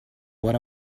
what